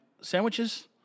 sandwiches